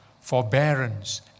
forbearance